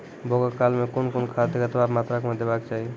बौगक काल मे कून कून खाद केतबा मात्राम देबाक चाही?